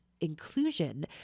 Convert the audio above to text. inclusion